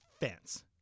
fence